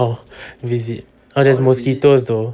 oh visit !huh! there's mosquitoes though